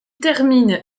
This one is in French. termine